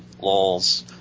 Lols